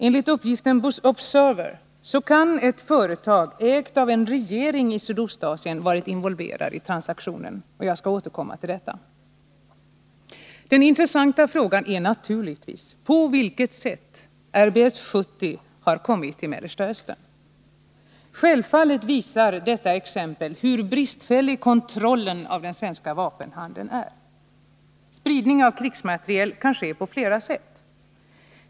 Enligt tidningen Observer kan ett företag ägt av en regering i Sydostasien varit involverat i transaktionen. Jag skall återkomma till detta. Den intressanta frågan är naturligtvis på vilket sätt RBS 70 har kommit till Mellersta Östern. Självfallet visar detta exempel hur bristfällig kontrollen av den svenska vapenhandeln är. Spridning av krigsmateriel kan ske på flera sätt.